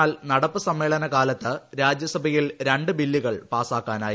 എന്നാൽ നടപ്പ് സമ്മേളനകാലത്ത് രാജ്യസഭയിൽ രണ്ട് ബിൽ പാസാക്കാനായി